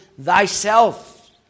thyself